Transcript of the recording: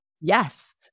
Yes